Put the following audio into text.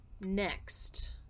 next